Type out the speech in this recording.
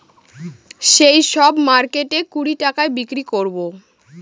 সেই সব মার্কেটে কুড়ি টাকায় বিক্রি করাবো